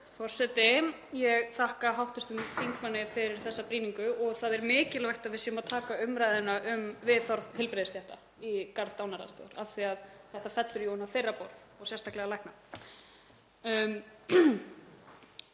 Forseti. Ég þakka hv. þingmanni fyrir þessa brýningu. Það er mikilvægt að við séum að taka umræðuna um viðhorf heilbrigðisstétta í garð dánaraðstoðar af því að þetta fellur jú á þeirra borð og sérstaklega lækna.